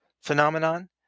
phenomenon